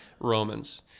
Romans